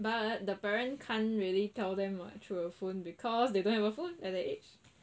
but the parent can't really tell them what through a phone because they don't have a phone at the age